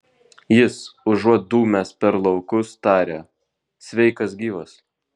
jis užuot dūmęs per laukus taria sveikas gyvas